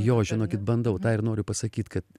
jo žinokit bandau tą ir noriu pasakyt kad